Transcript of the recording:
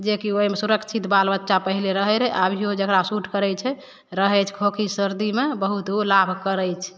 जेकी ओइमे सुरक्षित बाल बच्चा पहिले रहए रहै अभीयो जकरा सूट करै छै रहै छै खोखी सर्दी मे बहुत ऊ लाभ करै छै